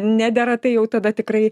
nedera tai jau tada tikrai